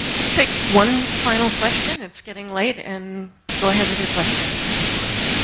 let's take one final question. it's getting late. and go ahead with your question. i'm the last one,